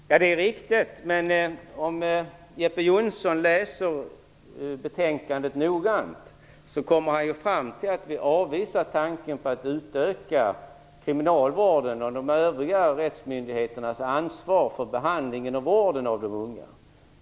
Herr talman! Det är riktigt, det som Jeppe Johnsson läser. Men om han läser betänkandet noggrant kommer han fram till att vi avvisar tanken på att utöka kriminalvårdens och de övriga rättsmyndigheternas ansvar för behandlingen och vården av de unga.